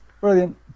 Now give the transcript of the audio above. Brilliant